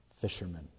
fishermen